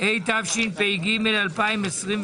התשפ"ג-2023 (פ/512/25)